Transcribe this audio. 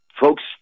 folks